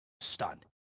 stunned